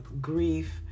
grief